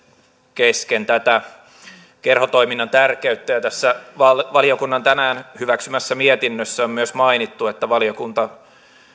kesken tästä kerhotoiminnan tärkeydestä tässä valiokunnan tänään hyväksymässä mietinnössä on myös mainittu että valiokunta